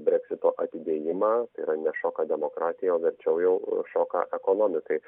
breksito atidėjimą tai yra nešoka demokratijai o verčiau jau šoką ekonomikai